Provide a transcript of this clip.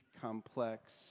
complex